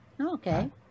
Okay